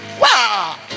Wow